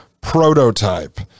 prototype